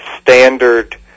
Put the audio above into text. standard